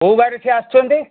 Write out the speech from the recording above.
କେଉଁ ବାର ସିଏ ଆସୁଛନ୍ତି